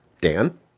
Dan